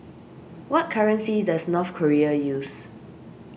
what currency does North Korea use